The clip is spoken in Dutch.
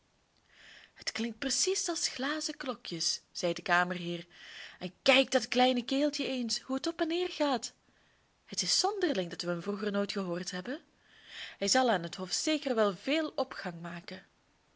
het klinkt precies als glazen klokjes zei de kamerheer en kijk dat kleine keeltje eens hoe het op en neer gaat het is zonderling dat wij hem vroeger nooit gehoord hebben hij zal aan het hof zeker wel veel opgang maken